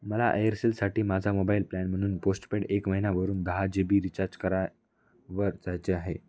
मला एअरसेलसाठी माझा मोबाईल प्लॅन म्हणून पोस्टपेड एक महिन्यावरून दहा जी बी रिचार्ज करा वर जायचे आहे